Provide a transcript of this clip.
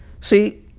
See